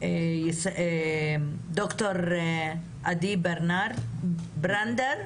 ד"ר עדי ברנדר,